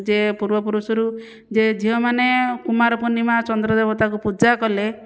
ଯେ ପୂର୍ବ ପୁରୁଷରୁ ଯେ ଝିଅମାନେ କୁମାରପୂର୍ଣ୍ଣିମା ଚନ୍ଦ୍ର ଦେବତାକୁ ପୂଜା କଲେ